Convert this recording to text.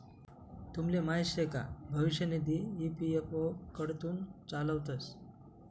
तुमले माहीत शे का भविष्य निधी ई.पी.एफ.ओ कडथून चालावतंस